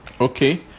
okay